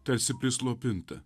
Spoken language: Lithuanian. tarsi prislopinta